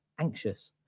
anxious